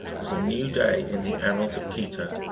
was a new day in the annals of quito.